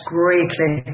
greatly